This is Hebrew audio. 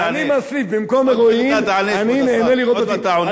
אם אני מראה לך אתה מתפטר מהכנסת?